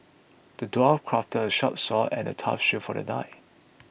the dwarf crafted a sharp sword and a tough shield for the knight